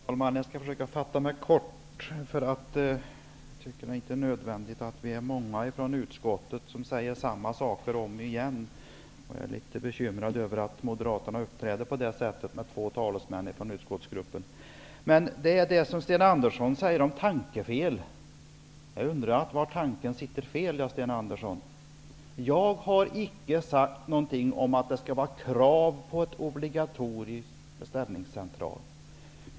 Herr talman! Jag skall försöka fatta mig kort. Jag tycker inte att det är nödvändigt att vi är många från utskottet som säger samma saker om och om igen. Jag är litet bekymrad över att Moderaterna uppträder på det sättet och har med två talesmän från utskottsgruppen. Sten Andersson i Malmö talar om tankefel. Jag undrar var någonstans tanken är fel, Sten Andersson. Jag har icke sagt något om att det skall vara krav på obligatorisk beställningscentral.